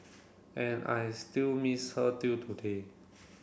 and I still miss her till today